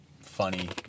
funny